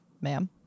ma'am